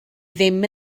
ddim